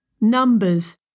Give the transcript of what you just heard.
Numbers